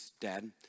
dad